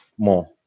More